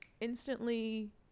instantly